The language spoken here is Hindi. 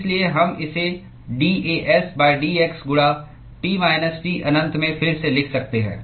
इसलिए हम इसे dAs dx गुणा T माइनस T अनंत में फिर से लिख सकते हैं